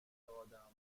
آدمهارو